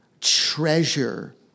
treasure